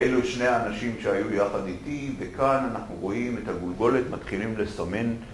אלו שני האנשים שהיו יחד איתי, וכאן אנחנו רואים את הגולגולת מתחילים לסמן